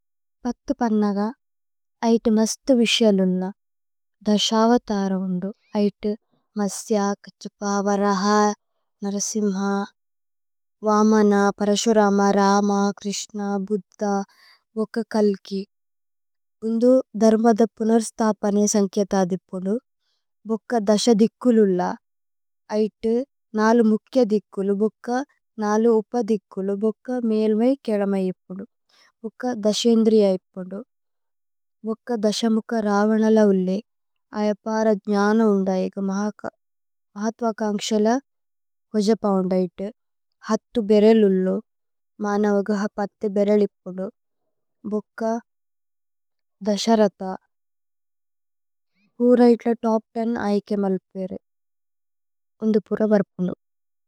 പത്തു പന്നഗ, ഐതേ മസ്തു വിശ്യ ലുല്ല, ദശവതര വുന്ദു, ഐതേ മസ്ത്യാക് ഛ്പവരഹ, നരസിമ്ഹ, വമന്ന, പ്രശുരമ, രമ, ക്രിശ്ന, ബുദ്ധ, വോക കല്കി। ഉന്ദു ധരമധ പുനര്സ്തപ നേ സന്കേതദിപുനു, വോക ദശ ദിക്കുലു ലുല്ല, ഐതേ നലു മുക്ക ദിക്കുലു, വോക നലു ഉപ ദിക്കുലു, വോക മേല്വൈ കേലമയിപുനു। വോക ദശ ഇന്ദ്രിയ ഇപുനു, വോക ദശ മുക്ക രവനല വുല്ലി, ഐപര ജ്നന ഉന്ദയ ഏക് മഹത്വ കന്ക്ശല ഹോജ പവുന്ദൈതു। ഹത്തു ബേരേ ലുല്ലു, മനവഘ പത്തു ബേരേ ലിപ്പുനു। വോക ദശ രഥ, പുര ഇത്ത തോപ് തേന് ഐകേ മല്ഫേരു। ഉന്ദു പുര വര്പുനു।